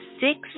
six